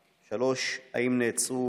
3. מתי הצפי